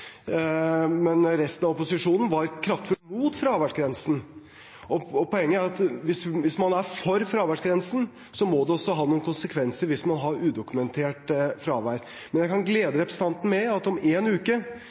men resten av opposisjonen var kraftig imot fraværsgrensen. Poenget er at hvis man er for fraværsgrensen, må det også ha noen konsekvenser hvis man har udokumentert fravær. Men jeg kan glede representanten med at om en uke,